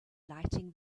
lighting